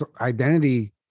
identity